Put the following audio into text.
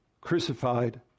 crucified